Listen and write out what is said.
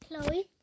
Chloe